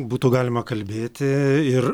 būtų galima kalbėti ir